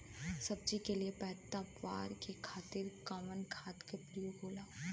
सब्जी के लिए पैदावार के खातिर कवन खाद के प्रयोग होला?